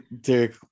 Derek